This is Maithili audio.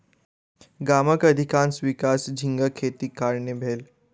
गामक अधिकाँश विकास झींगा खेतीक कारणेँ भेल